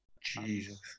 Jesus